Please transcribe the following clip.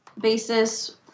basis